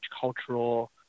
cultural